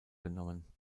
genommen